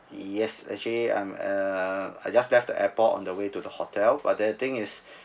yes actually I'm uh I just left the airport on the way to the hotel but then thing is